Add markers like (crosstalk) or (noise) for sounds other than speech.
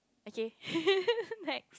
okay (laughs) next